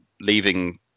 leaving